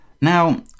Now